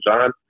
John